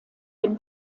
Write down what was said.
dem